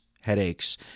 headaches